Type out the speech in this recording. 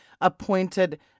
appointed